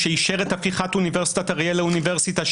שאישר את הפיכת אוניברסיטת אריאל לאוניברסיטה,